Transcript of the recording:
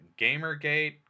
Gamergate